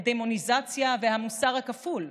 דמוניזציה והמוסר הכפול,